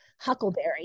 huckleberry